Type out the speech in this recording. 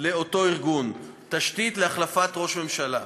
לאותו ארגון, תשתית להחלפת ראש ממשלה,